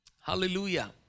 Hallelujah